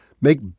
Make